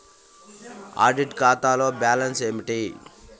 Audit ఖాతాలో balance ఏమిటీ?